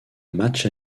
match